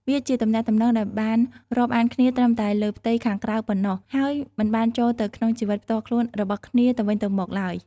វាជាទំនាក់ទំនងដែលបានរាប់អានគ្នាត្រឹមតែលើផ្ទៃខាងក្រៅប៉ុណ្ណោះ ហើយមិនបានចូលទៅក្នុងជីវិតផ្ទាល់ខ្លួនរបស់គ្នាទៅវិញទៅមកឡើយ។